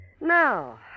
Now